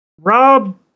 Rob